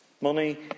Money